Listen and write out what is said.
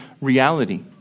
reality